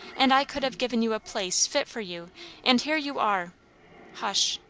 and i could have given you a place fit for you and here you are hush!